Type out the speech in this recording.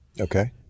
Okay